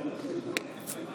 נא לתפוס את המקומות.